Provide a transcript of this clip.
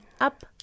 up